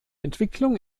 entwicklung